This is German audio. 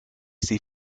sie